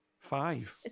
five